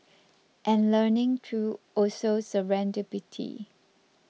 and learning through also serendipity